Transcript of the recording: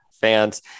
fans